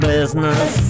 Business